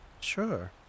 Sure